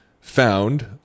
found